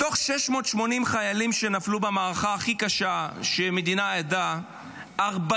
מתוך 680 חיילים שנפלו במערכה הכי קשה שהמדינה עדה לה,